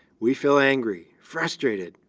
we feel angry, frustrated,